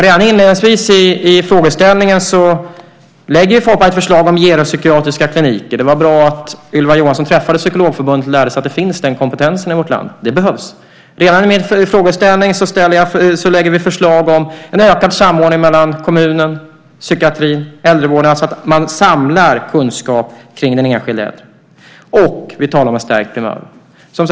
Redan inledningsvis i frågeställningen lägger Folkpartiet fram ett förslag om geropsykiatriska kliniker. Det var bra att Ylva Johansson träffade Psykologförbundet och lärde sig att den kompetensen finns i vårt land. Det behövs. Redan i min frågeställning lägger vi fram förslag om en ökad samordning mellan kommunen, psykiatrin och äldrevården så att man samlar kunskap kring den enskilde. Vi talar också om en stärkt primärvård.